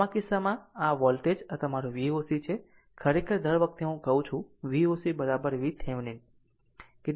આમ આ કિસ્સામાં આ વોલ્ટેજ આ તમારી Voc છે ખરેખર દર વખતે હું કહું છું Voc VThevenin કેટલીકવાર V 1 2 બનશે